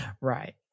right